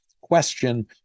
question